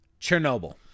Chernobyl